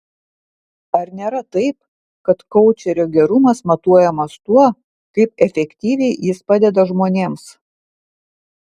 ar nėra taip kad koučerio gerumas matuojamas tuo kaip efektyviai jis padeda žmonėms